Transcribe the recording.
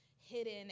hidden